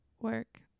work